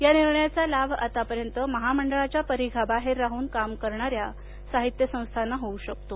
या निर्णयाचा लाभ आतापर्यंत महामंडळाच्या परिघाबाहेर राहून काम करणाऱ्या साहित्य संस्थाना होऊ शकतो